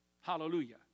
Hallelujah